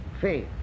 faith